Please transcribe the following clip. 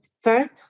first